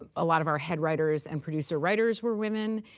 ah a lot of our head writers and producer writers were women,